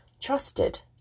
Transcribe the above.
trusted